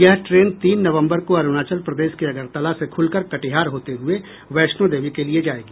यह ट्रेन तीन नवंबर को अरूणाचल प्रदेश के अगरतला से खूलकर कटिहार होते हुए वैष्णो देवी के लिए जाएगी